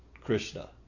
Krishna